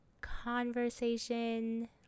conversation